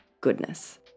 goodness